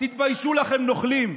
תתביישו לכם, נוכלים.